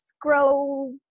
grow